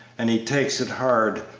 and he takes it hard,